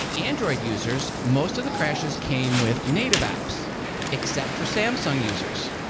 android users, most of the crashes came with native apps except for samsung users.